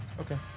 okay